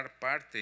parte